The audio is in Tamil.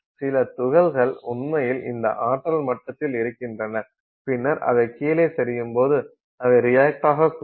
சில துகள்கள் உண்மையில் இந்த ஆற்றல் மட்டத்தில் இருக்கின்றன பின்னர் அவை கீழே சரியும்போது அவை ரியக்ட் ஆகக்கூடும்